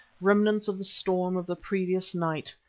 remnants of the storm of the previous night.